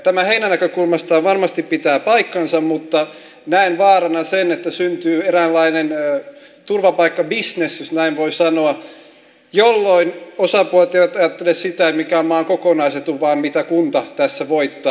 tämä heidän näkökulmastaan varmasti pitää paikkansa mutta näen vaaraksi sen että syntyy eräänlainen turvapaikkabisnes jos näin voi sanoa jolloin osapuolet eivät ajattele sitä mikä on maan kokonaisetu vaan mitä kunta tässä voittaa